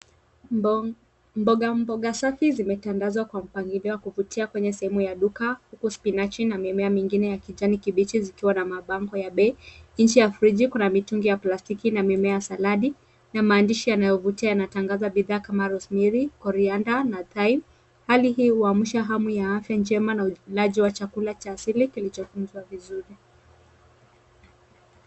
Mboga mboga safi zimetandazwa kwa mpangilio wa kuvutia kwenye sehemu ya duka huku spinachi na mimea mingine ya kijani kibichi zikiwa na mabango ya bei. Nje ya friji kuna mitungi ya plastiki na mimea ya saladi na maandishi yanayovutia yanatangaza bidhaa kama rosemary, correander na thai . Hali hii huamsha hamu ya afya njema na ulaji wa chakula cha asili kilichotunzwa vizuri.